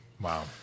Wow